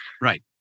Right